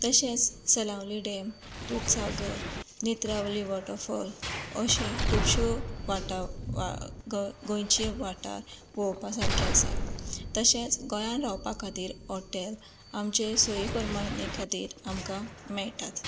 तशेंच Salaulim dam Dudhsagar Netravali waterfall अशें खुबश्यो वाटाव वाव ग गोंयचे वाठार पळोवपा सारके आसात तशेंच गोंयांत रावपा खातीर हॉटॅल आमचे सोयी प्रमाणे खातीर आमकां मेळटात